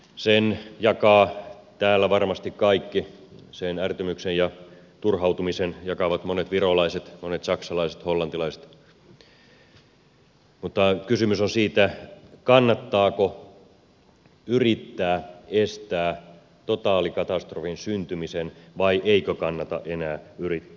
sen jakavat täällä varmasti kaikki sen ärtymyksen ja turhautumisen jakavat monet virolaiset monet saksalaiset hollantilaiset mutta kysymys on siitä kannattaako yrittää estää totaalikatastrofin syntyminen vai eikö kannata enää yrittää